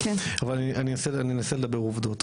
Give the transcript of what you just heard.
אבל אני אנסה לדבר עובדות.